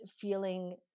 feeling